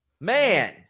Man